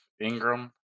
Ingram